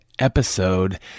episode